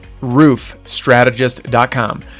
roofstrategist.com